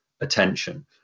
attention